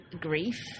grief